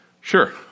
sure